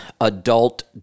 adult